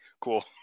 cool